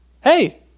hey